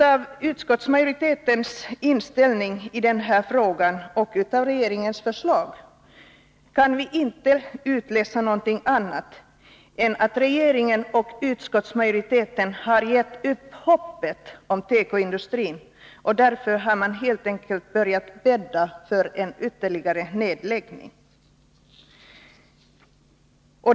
Av utskottsmajoritetens inställning i den här frågan och av regeringens förslag kan vi inte utläsa något annat än att regeringen och utskottsmajoriteten har gett upp hoppet om tekoindustrin. Därför har man helt enkelt börjat bädda för en ytterligare nedläggning.